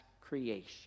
creation